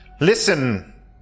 Listen